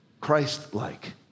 Christ-like